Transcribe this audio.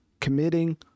committing